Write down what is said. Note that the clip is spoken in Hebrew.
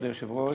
כבוד היושב-ראש,